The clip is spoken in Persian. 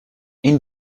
این